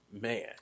man